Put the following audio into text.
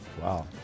Wow